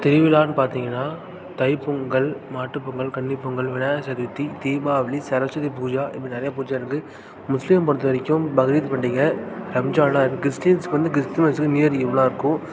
திருவிழான்னு பார்த்திங்கன்னா தைப்பொங்கல் மாட்டுப்பொங்கல் கன்னிப்பொங்கல் விநாயகர் சதுர்த்தி தீபாவளி சரஸ்வதி பூஜை இப்படி நிறையா பூஜை இருக்குது முஸ்லீமை பொறுத்தவரைக்கும் பக்ரீத் பண்டிகை ரம்ஜானெலாம் இருக்குது கிறிஸ்டின்ஸுக்கு வந்து கிறிஸ்மஸ் நியூ இயர் இவ்வளோ இருக்கும்